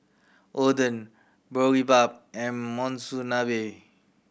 Oden Boribap and Monsunabe